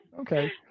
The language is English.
okay